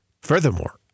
Furthermore